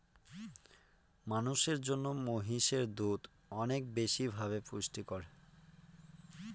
মানুষের জন্য মহিষের দুধ অনেক বেশি ভাবে পুষ্টিকর